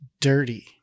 dirty